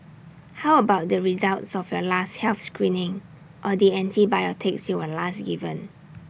how about the results of your last health screening or the antibiotics you were last given